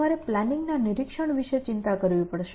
તમારે પ્લાનિંગ ના નિરીક્ષણ વિશે ચિંતા કરવી પડશે